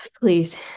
please